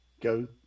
Go